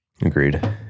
Agreed